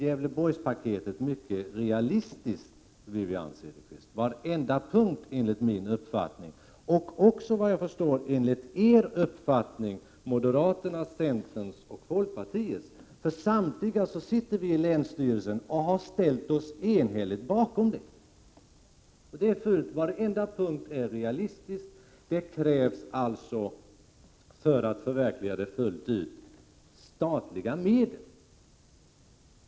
Gävleborgspaketet är mycket realistiskt, Wivi-Anne Cederqvist, på varenda punkt. Det är det vad jag förstår också enligt er uppfattning och enligt moderaternas, centerns och folkpartiets — samtliga är vi representerade i länsstyrelsen och har där enhälligt ställt oss bakom det. Varenda punkt är realistisk. Det krävs statliga medel för att förverkliga det fullt ut.